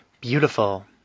Beautiful